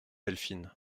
delphine